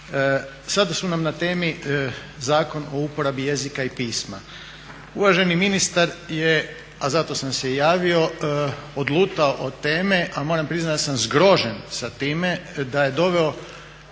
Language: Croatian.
Sada su nam na temi Zakon o uporabi jezika i pisma. Uvaženi ministar je, a zato sam se i javio, odlutao od teme a moram priznat da sam zgrožen sa time da je doveo